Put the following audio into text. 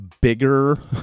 bigger